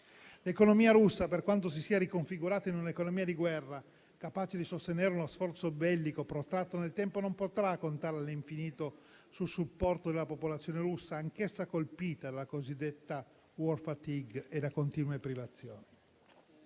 L'economia russa, per quanto si sia riconfigurata in un'economia di guerra capace di sostenere uno sforzo bellico protratto nel tempo, non potrà contare all'infinito sul supporto della popolazione russa, anch'essa colpita dalla cosiddetta *war fatigue* e da continue privazioni.